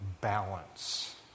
balance